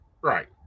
Right